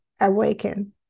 awaken